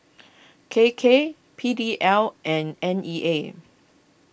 K K P D L and N E A